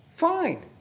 Fine